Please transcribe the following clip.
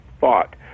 thought